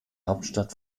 hauptstadt